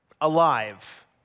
alive